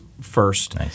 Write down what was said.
first